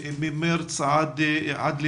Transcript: ממארס עד מאי,